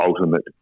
ultimate